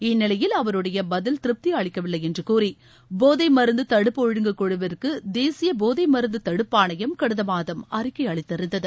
இந்நிலையில் அவருடையபதில் திருப்திஅளிக்கவில்லைஎன்றுகூறிபோதைமருந்துதடுப்பு ஒழுங்கு குழுவிற்குதேசியபோதைமருந்துதடுப்பாணையம் கடந்தமாதம் அறிக்கைஅளித்திருந்தது